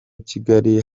kigali